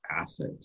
asset